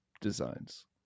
designs